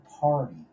party